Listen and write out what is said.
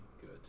good